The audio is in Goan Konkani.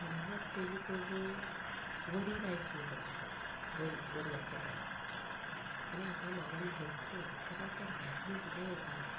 थोडें लोक पयलीं पयलीं वरी रायस म्हणून करतालें वरी वरयाचे तांदूळ आनी हाका मागणी भरपूर तशेंच तें नाचणीं सुद्दां रोयतालें